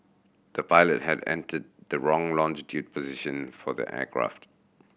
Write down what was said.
the pilot had entered the wrong longitudinal position for the aircraft